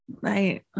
Right